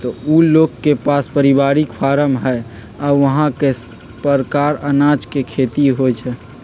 उ लोग के पास परिवारिक फारम हई आ ऊहा कए परकार अनाज के खेती होई छई